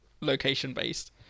location-based